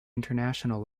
international